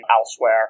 elsewhere